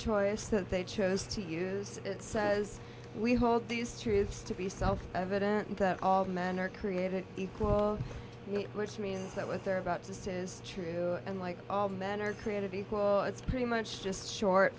choice that they chose to use it says we hold these truths to be self evident that all men are created equal which means that with or about this is true and like all men are created equal it's pretty much